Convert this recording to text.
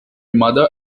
mother